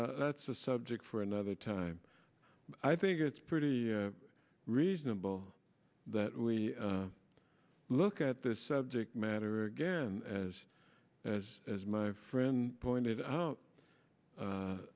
that's a subject for another time i think it's pretty reasonable that we look at this subject matter again as as as my friend pointed out